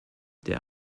der